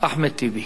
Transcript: אחמד טיבי.